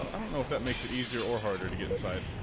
makes it easier or harder to get inside,